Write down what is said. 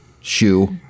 Shoe